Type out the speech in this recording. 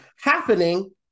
happening